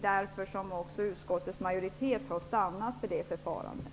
Därför har utskottets majoritet stannat för det förfarandet.